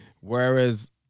whereas